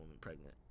pregnant